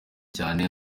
cyane